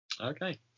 Okay